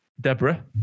Deborah